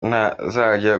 ntazajya